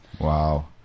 Wow